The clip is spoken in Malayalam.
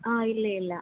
ആ ഇല്ലില്ല